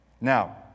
Now